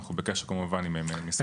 אנחנו בקשר כמובן עם משרד הפנים.